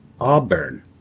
auburn